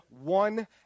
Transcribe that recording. one